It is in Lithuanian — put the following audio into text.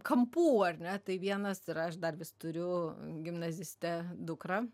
kampų ar ne tai vienas yra aš dar vis turiu gimnazistę dukrą